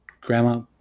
grandma